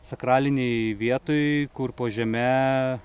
sakralinėj vietoj kur po žeme